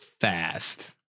Fast